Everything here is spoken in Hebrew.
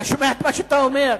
אתה שומע את מה שאתה אומר?